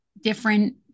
different